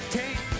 take